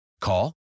Call